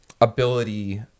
ability